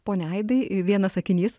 pone aidai vienas sakinys